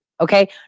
Okay